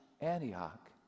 Antioch